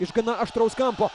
iš gana aštraus kampo